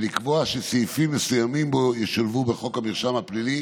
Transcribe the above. ולקבוע שסעיפים מסוימים בו ישולבו בחוק המרשם הפלילי